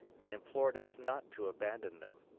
and implored us not to abandon them.